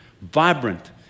Vibrant